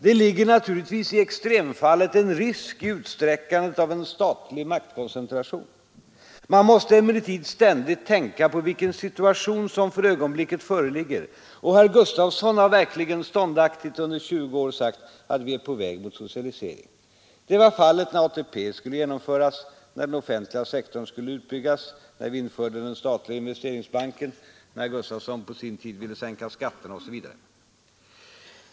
Det ligger, naturligtvis i extremfallet, en risk i utsträckandet av en statlig maktkoncentration. Man måste emellertid ständigt tänka på vilken situation som för ögonblicket föreligger, och herr Gustafson har verkligen ståndaktigt under 20 år sagt att vi är på väg mot socialisering. Detta var fallet när ATP skulle genomföras, när den offentliga sektorn skulle utbyggas, när vi införde den statliga investeringsbanken, när herr Gustafson på sin tid ville sänka skatterna osv.